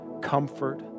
comfort